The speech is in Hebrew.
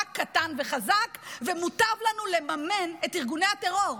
קטן וחזק ומוטב לנו לממן את ארגוני הטרור.